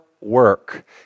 work